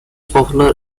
popular